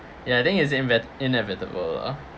ya I think it's invet~ inevitable ah